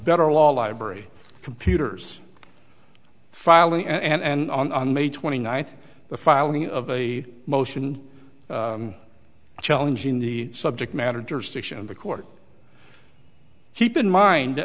better law library computers filing and on the twenty ninth the filing of a motion challenging the subject matter jurisdiction of the court keep in mind